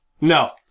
No